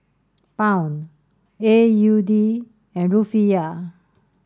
Pound A U D and Rufiyaa